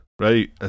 right